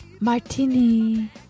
Martini